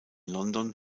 london